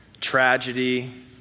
tragedy